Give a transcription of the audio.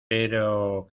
pero